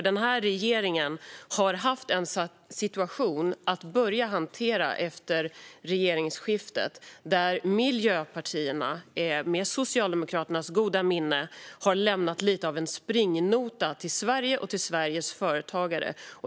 Den här regeringen har nämligen haft en situation att börja hantera efter regeringsskiftet där Miljöpartiet med Socialdemokraternas goda minne har lämnat lite av en springnota till Sverige och till Sveriges företagare.